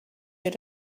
your